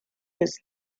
his